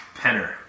penner